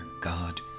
God